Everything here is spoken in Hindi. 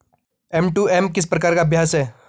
एम.टू.एम किस प्रकार का अभ्यास है?